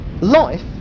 life